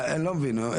אני לא מבין,